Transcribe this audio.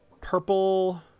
Purple